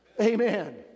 amen